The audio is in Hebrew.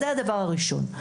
זה הדבר הראשון.